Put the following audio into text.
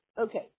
okay